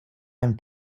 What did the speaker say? and